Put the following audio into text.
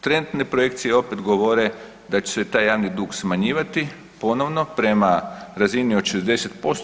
Trenutne projekcije opet govore da će se taj javni dug smanjivati ponovno prema razini od 60%